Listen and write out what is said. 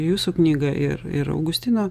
jūsų knygą ir ir augustino